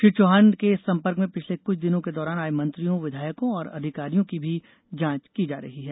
श्री चौहान के संपर्क में पिछले कुछ दिनों के दौरान आए मंत्रियों विधायकों और अधिकारियों की भी जांच की जा रही है